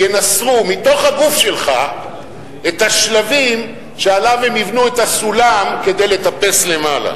ינסרו מתוך הגוף שלך את השלבים שעליהם הם יבנו את הסולם כדי לטפס למעלה.